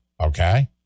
Okay